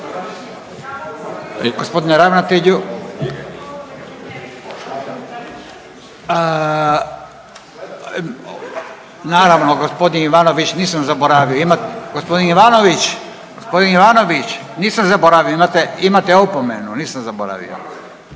Gospodine ravnatelju. Naravno gospodin Ivanović nisam zaboravio. Gospodin Ivanović, gospodin Ivanović. Nisam zaboravio imate opomenu. Nisam zaboravio.